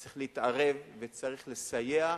צריך להתערב וצריך לסייע,